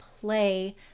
play